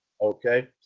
Okay